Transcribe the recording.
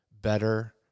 better